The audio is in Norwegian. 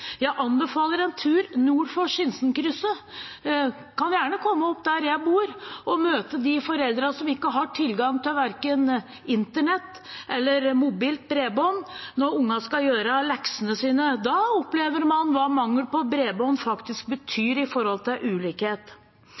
Jeg anbefaler en tur nord for Sinsenkrysset. Man kan gjerne komme opp der jeg bor, og møte de foreldrene som ikke har tilgang til verken internett eller mobilt bredbånd når barna skal gjøre leksene sine. Da opplever man hva mangel på bredbånd faktisk betyr